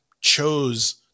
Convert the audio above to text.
chose